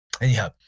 Anyhow